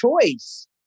choice